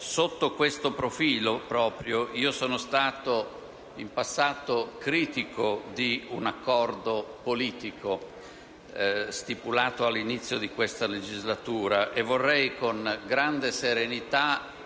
sotto questo profilo, io sono stato in passato critico nei confronti di un accordo politico stipulato all'inizio di questa legislatura e vorrei, con grande serenità,